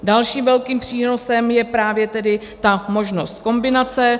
Dalším velkým přínosem je právě tedy ta možnost kombinace.